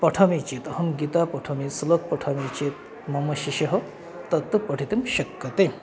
पठामि चेत् अहं गीता पठामि श्लोकं पठामि चेत् मम शिशुः तत् पठितुं शक्यते